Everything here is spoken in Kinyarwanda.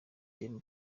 them